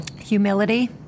Humility